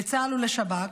לצה"ל ולשב"כ